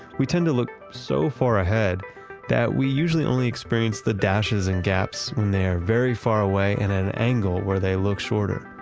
we tend to look so far ahead that we usually only experience the dashes and gaps when they are very far away, at and an angle where they look shorter.